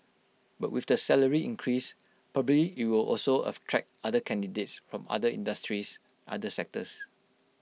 but with the salary increase probably IT will also of attract other candidates from other industries other sectors